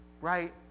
Right